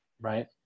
right